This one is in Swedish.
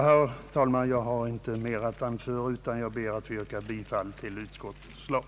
Herr talman! Jag har inte mer att anföra utan ber att få yrka bifall till utskottets förslag.